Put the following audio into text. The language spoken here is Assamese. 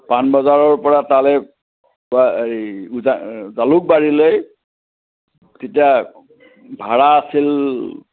পানবজাৰৰ পৰা তালৈ এই উজা জালুকবাৰীলৈ তেতিয়া ভাড়া আছিল